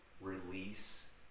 release